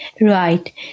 Right